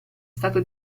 stato